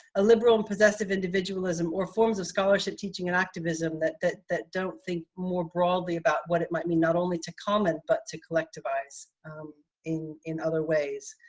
a liberal and possessive individualism or forms of scholarship, teaching, and activism that that that don't think more broadly about what it might be, not only to comment, but to collectivize in in other ways.